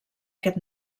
aquest